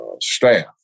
staff